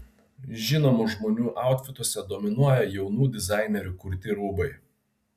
žinomų žmonių autfituose dominuoja jaunų dizainerių kurti rūbai